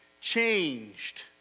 changed